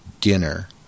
dinner